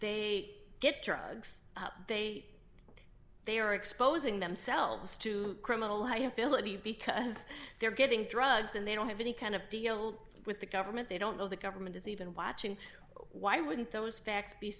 they get drugs they they are exposing themselves to criminal liability because they're getting drugs and they don't have any kind of deal with the government they don't know the government is even watching why